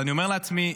ואני שואל את עצמי,